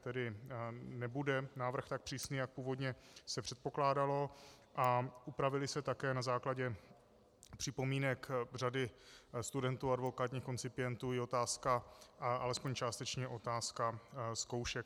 Tedy nebude návrh tak přísný, jak se původně předpokládalo, a upravila se také na základě připomínek řady studentů a advokátních koncipientů alespoň částečně i otázka zkoušek.